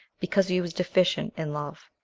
because he was deficient in love.